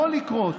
יכול לקרות,